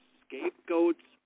scapegoats